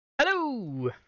Hello